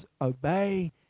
obey